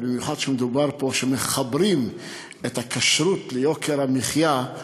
במיוחד שמחברים פה את הכשרות ליוקר המחיה.